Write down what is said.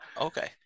Okay